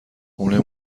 خونه